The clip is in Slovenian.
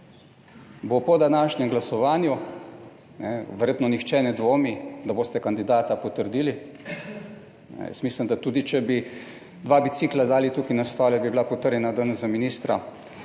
bo po današnjem glasovanju, verjetno nihče ne dvomi, da boste kandidata potrdili. Jaz mislim, da tudi če bi dva bicikla dali tukaj na stole, bi bila potrjena danes za ministra,